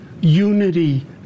unity